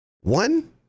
One